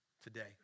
Today